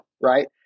right